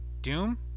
Doom